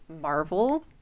Marvel